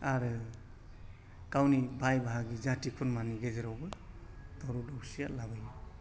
आरो गावनि बाय बाहागि जाथि खुरमानि गेजेरावबो दावराव दावसिया लाबोयो